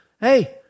Hey